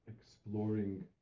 exploring